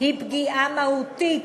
היא פגיעה מהותית